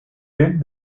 did